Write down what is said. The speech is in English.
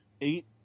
eight